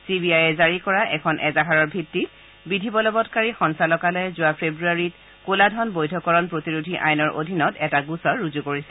C B আইয়ে জাৰি কৰা এখন এজাহাৰৰ ভিত্তিত বিধিবলবংকাৰী সঞ্চালকালয়ে যোৱা ফেব্ৰুৱাৰীত কলাধন বৈধকৰণ প্ৰতিৰোধী আইনৰ অধীনত এটা গোচৰ ৰুজু কৰিছিল